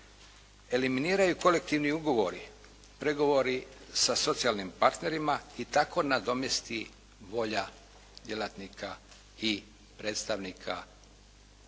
eliminiraju kolektivni ugovori, pregovori sa socijalnim partnerima i tako nadomjesti volja djelatnika i predstavnika lokalne